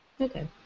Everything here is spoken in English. Okay